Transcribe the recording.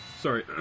Sorry